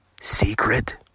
secret